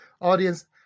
audience